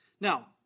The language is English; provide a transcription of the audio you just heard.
Now